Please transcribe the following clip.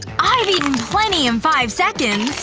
i've eaten plenty in five seconds!